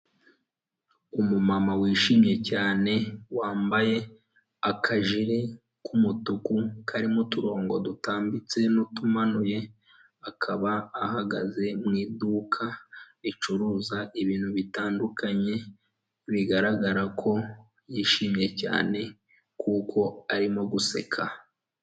Umumama wishimye cyane wambaye akajire k'umutuku karimo uturongo dutambitse n'utumanuye; akaba ahagaze mu iduka ricuruza ibintu bitandukanye, bigaragara ko yishimye cyane kuko arimo guseka .